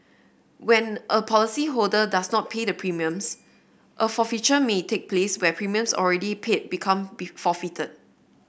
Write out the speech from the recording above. when a policyholder does not pay the premiums a forfeiture may take place where premiums already paid become be forfeited